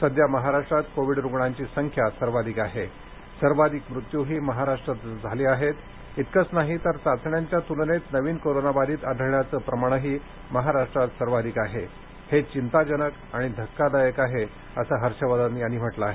सध्या महाराष्ट्रात कोविड रुग्णांची संख्या सर्वाधिक आहे सर्वाधिक मृत्यूही महाराष्ट्रातंच झाले आहेत इतकंच नाही तर चाचण्यांच्या तुलनेत नवीन कोरोनाबाधित आढळण्याचं प्रमाणही महाराष्ट्रात सर्वाधिक आहे हे चिंताजनक आणि धक्कादायक आहे असं हर्ष वर्धन यांनी म्हटलं आहे